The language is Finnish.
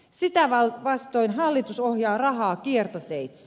sitä vastoin hallitus ohjaa rahaa kiertoteitse